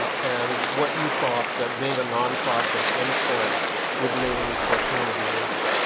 and what you thought that being a nonprofit in flint would mean for community news?